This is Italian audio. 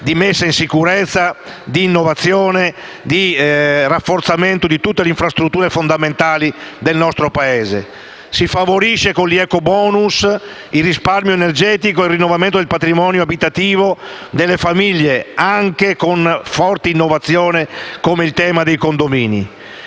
di messa in sicurezza, di innovazione, di rafforzamento di tutte le infrastrutture fondamentali del nostro Paese. Si favorisce con gli ecobonus il risparmio energetico e il rinnovamento del patrimonio abitativo delle famiglie anche con forti innovazioni, come per quanto